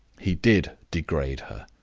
he did degrade her.